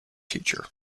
teacher